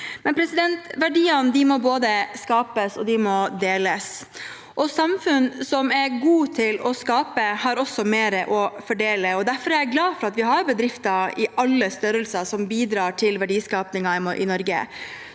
Verdiene må både skapes og deles. Samfunn som er gode til å skape, har også mer å fordele. Derfor er jeg glad for at vi har bedrifter i alle størrelser som bidrar til verdiskapingen i Norge.